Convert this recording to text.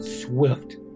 swift